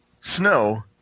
snow